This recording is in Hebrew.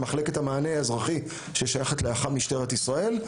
מחלקת המענה האזרחי ששייכת לאח"מ משטרת ישראל,